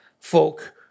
folk